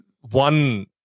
one